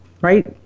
right